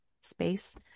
space